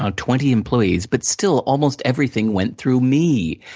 um twenty employees, but still, almost everything went through me.